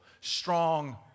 Strong